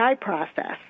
process